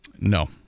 No